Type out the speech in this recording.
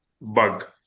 bug